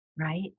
right